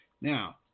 Now